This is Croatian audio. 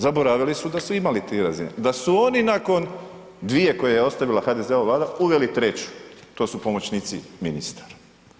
Zaboravili su da su imali 3 razine, da su oni nakon 2 koje je ostavila HDZ-ova vlada uveli 3 to su pomoćnici ministara.